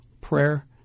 prayer